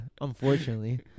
unfortunately